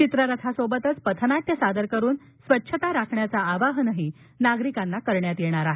चित्ररथासोबतच पथनाट्य सादर करुन स्वच्छता राखण्याचं आवाहन नागरीकांना करण्यात येणार आहे